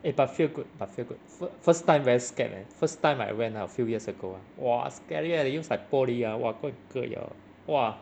eh but feel good but feel good fir~ first time very scared man first time I went ah a few years ago ah !wah! scary leh they use like 玻璃 ah !wah! go and 割 your !wah!